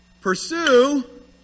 pursue